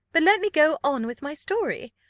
but let me go on with my story.